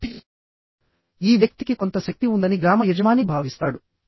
కాబట్టిఈ వ్యక్తికి కొంత శక్తి ఉందని గ్రామ యజమాని భావిస్తాడు